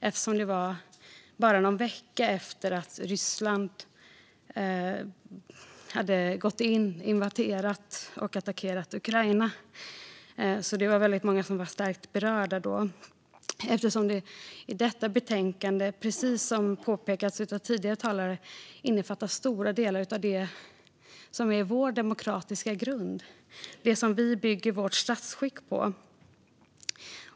Det var bara någon vecka efter Rysslands invasion av och attack mot Ukraina. Väldigt många var starkt berörda då. Detta betänkande innefattar, precis som påpekats av tidigare talare, stora delar av det som är vår demokratiska grund, det som vi bygger vårt statsskick på.